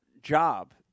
job